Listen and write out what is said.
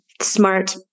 smart